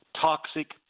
toxic